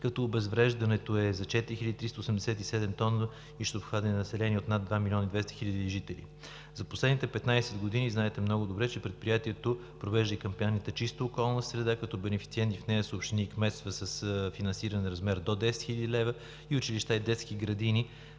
като обезвреждането е за 4387 тона и ще обхване население от над 2 милиона и 200 хиляди жители. За последните 15 години, знаете много добре, че Предприятието провежда и кампанията „Чиста околна среда“, като бенефициенти в нея са общини и кметства с финансиране в размер до 10 хил. лв. и училища и детски градини